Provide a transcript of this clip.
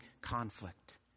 conflict